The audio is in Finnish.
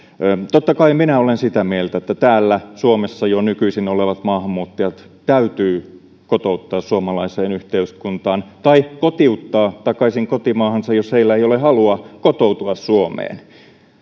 totta kai minä olen sitä mieltä että täällä suomessa jo nykyisin olevat maahanmuuttajat täytyy kotouttaa suomalaiseen yhteiskuntaan tai kotiuttaa takaisin kotimaahansa jos heillä ei ole halua kotoutua suomeen